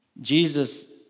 Jesus